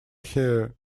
here